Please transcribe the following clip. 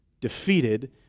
defeated